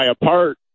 apart